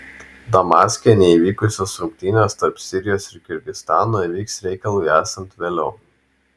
damaske neįvykusios rungtynės tarp sirijos ir kirgizstano įvyks reikalui esant vėliau